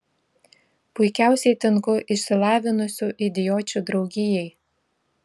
puikiausiai tinku išsilavinusių idiočių draugijai